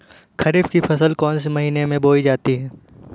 खरीफ की फसल कौन से महीने में बोई जाती है?